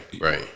right